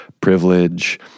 privilege